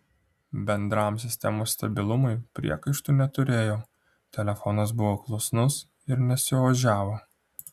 bendram sistemos stabilumui priekaištų neturėjau telefonas buvo klusnus ir nesiožiavo